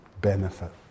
benefit